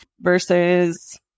versus